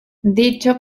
dicho